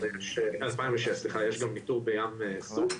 יש גם ניתור בים סוף.